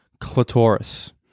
clitoris